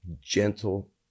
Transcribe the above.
gentle